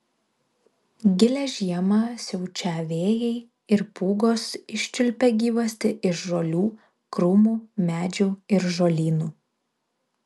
gilią žiemą siaučią vėjai ir pūgos iščiulpia gyvastį iš žolių krūmų medžių ir žolynų